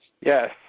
Yes